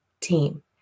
team